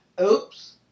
oops